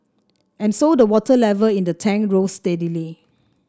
and so the water level in the tank rose steadily